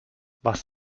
was